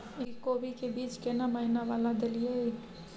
इ कोबी के बीज केना महीना वाला देलियैई?